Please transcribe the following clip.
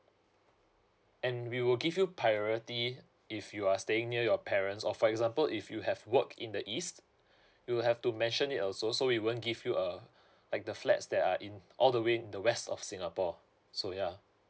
and we will give you priority if you are staying near your parents or for example if you have work in the east you have to mention it also so we won't give you a like the flats that are in all the way in the west of singapore so yeah